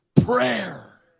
prayer